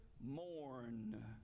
mourn